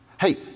Hey